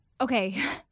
okay